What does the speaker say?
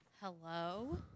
hello